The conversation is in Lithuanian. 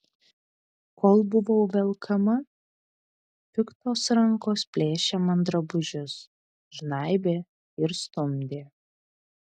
kol buvau velkama piktos rankos plėšė man drabužius žnaibė ir stumdė